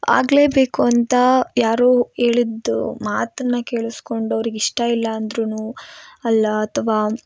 ಆಗಲೇಬೇಕು ಅಂತಾ ಯಾರೂ ಹೇಳಿದ ಮಾತನ್ನ ಕೇಳ್ಸ್ಕೊಂಡು ಅವ್ರಿಗೆ ಇಷ್ಟ ಇಲ್ಲ ಅಂದ್ರುನು ಅಲ್ಲಾ ಅಥವಾ